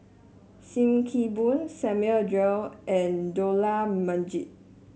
Sim Kee Boon Samuel Dyer and Dollah Majid